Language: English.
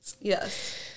Yes